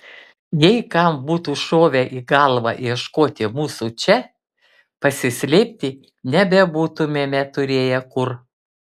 jei kam būtų šovę į galvą ieškoti mūsų čia pasislėpti nebebūtumėme turėję kur